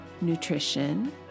Nutrition